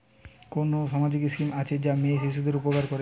কোন সামাজিক স্কিম আছে যা মেয়ে শিশুদের উপকার করে?